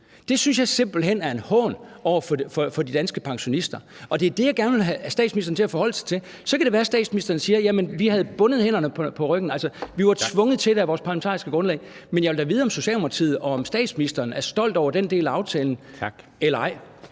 Det synes jeg simpelt hen er en hån over for de danske pensionister, og det er det, jeg gerne vil have statsministeren til at forholde sig til. Så kan det være, statsministeren siger: Jamen vi havde fået bundet hænderne på ryggen; vi var tvunget til det af vores parlamentariske grundlag. Men jeg vil da vide, om Socialdemokratiet og om statsministeren er stolt over den del af aftalen eller ej.